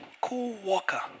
Co-worker